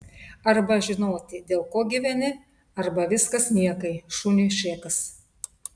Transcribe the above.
arba žinoti dėl ko gyveni arba viskas niekai šuniui šėkas